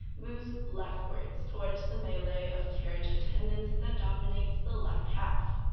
moves leftward, toward the melee of carriage attendants that dominates the left half.